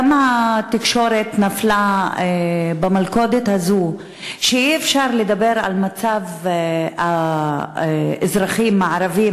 גם התקשורת נפלה במלכודת הזאת שאי-אפשר לדבר על מצב האזרחים הערבים